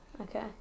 Okay